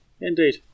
indeed